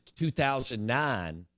2009